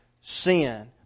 sin